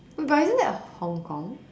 but isn't that Hong-Kong